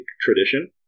tradition